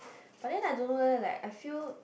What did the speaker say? but then I don't know leh like I feel